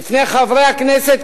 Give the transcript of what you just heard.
בפני חברי הכנסת,